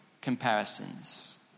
comparisons